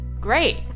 Great